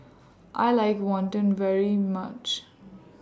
I like Wantan very much